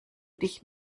dich